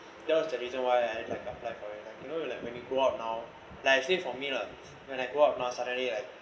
that was the reason why I like apply for it like you know like when we go out now like actually for me lah when I grow up lah suddenly like